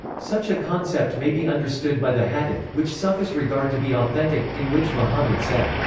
such a concept may be understood by the hadith, which sufis regard to be authentic, in which muhammad said,